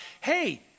hey